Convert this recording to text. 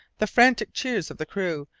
the frantic cheers of the crew,